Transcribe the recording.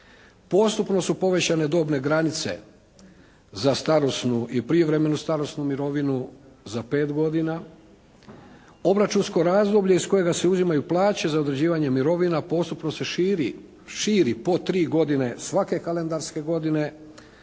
Postupno su povećane dobne granice za starosnu i prijevremenu starosnu mirovinu za 5 godina. Obračunsko razdoblje iz kojega se uzimaju plaće za određivanje mirovina postupno se širi, širi po tri godine svake kalendarske godine